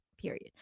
period